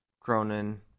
Cronin